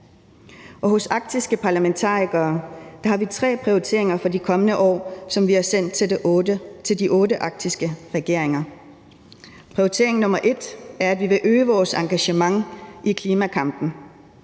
hos Arktiske Parlamentarikere har vi tre prioriteringer for de kommende år, som vi har sendt til de otte arktiske regeringer. Prioritering nr. 1 er, at vi vil øge vores engagement i klimakampen.